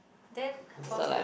then from